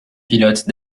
pilote